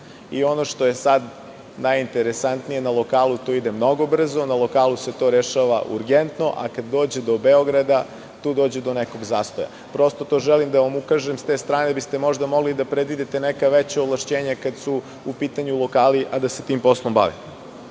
što je najinteresantnije, na lokalu to ide mnogo brzo, na lokalu se to rešava urgentno, a kad dođe do Beograda, tu dođe do nekog zastoja. Prosto, na to želim da vam ukažem, da biste možda mogli da predvidite neka veća ovlašćenja kada su u pitanju lokali, a da se tim poslom bave. Drugi